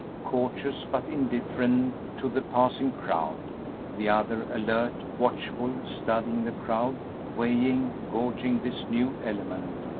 courteous but indifferent to the passing crowd the other alert, watchful, studying the crowd weighing, gauging this new element,